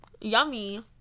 Yummy